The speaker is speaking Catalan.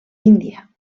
índia